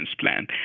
transplant